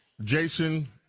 Jason